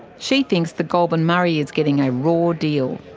she thinks the goulburn murray is getting a raw deal.